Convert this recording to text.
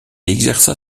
exerça